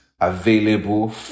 available